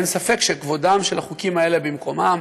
אין ספק שכבודם של החוקים האלה במקומם,